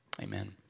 Amen